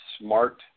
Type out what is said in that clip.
smart